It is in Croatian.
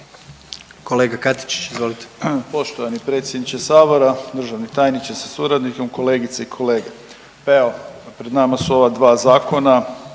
Krunoslav (HDZ)** Poštovani predsjedniče Sabora, državni tajniče sa suradnicom, kolegice i kolege. Evo, nama su ova dva zakona